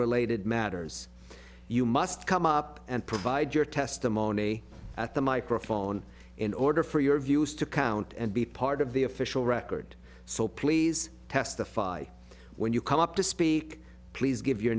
related matters you must come up and provide your testimony at the microphone in order for your views to count and be part of the official record so please testify when you come up to speak please give your